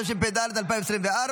התשפ"ד 2024,